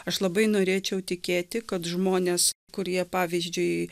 aš labai norėčiau tikėti kad žmonės kurie pavyzdžiui